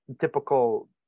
typical